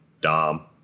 Dom